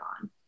on